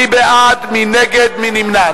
מי בעד, מי נגד, מי נמנע?